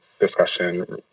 discussion